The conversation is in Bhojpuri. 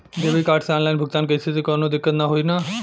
डेबिट कार्ड से ऑनलाइन भुगतान कइले से काउनो दिक्कत ना होई न?